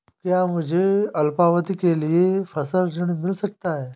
क्या मुझे अल्पावधि के लिए फसल ऋण मिल सकता है?